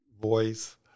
voice